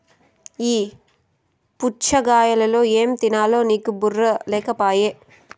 ఆ పుచ్ఛగాయలో ఏం తినాలో నీకు బుర్ర లేకపోయె